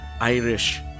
Irish